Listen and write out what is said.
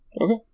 okay